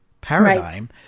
paradigm